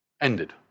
Ended